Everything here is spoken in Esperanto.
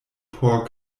por